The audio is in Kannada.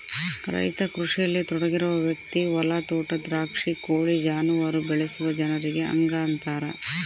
ರೈತ ಕೃಷಿಯಲ್ಲಿ ತೊಡಗಿರುವ ವ್ಯಕ್ತಿ ಹೊಲ ತೋಟ ದ್ರಾಕ್ಷಿ ಕೋಳಿ ಜಾನುವಾರು ಬೆಳೆಸುವ ಜನರಿಗೆ ಹಂಗಂತಾರ